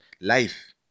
life